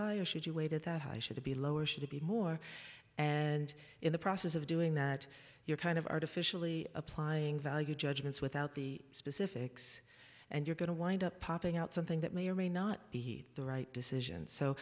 high or should you wait it out how it should be low or should it be more and in the process of doing that you're kind of artificially applying value judgments without the specifics and you're going to wind up popping out something that may or may not be the right decision so